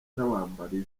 n’abambari